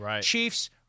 Chiefs